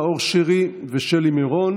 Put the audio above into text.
נאור שירי ושלי מירון,